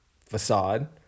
facade